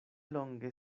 longe